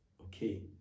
Okay